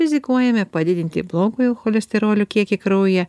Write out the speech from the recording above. rizikuojame padidinti blogojo cholesterolio kiekį kraujyje